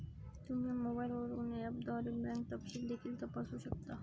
तुम्ही मोबाईलवरून ऍपद्वारे बँक तपशील देखील तपासू शकता